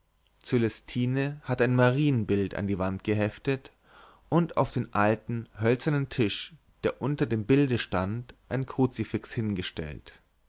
cölestine hatte ein marienbild an die wand geheftet und auf den alten hölzernen tisch der unter dem bilde stand ein kruzifix hingestellt